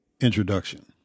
Introduction